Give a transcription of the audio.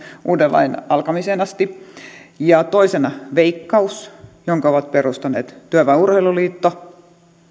uuden lain alkamiseen asti toisena on veikkaus jonka ovat perustaneet työväen urheiluliitto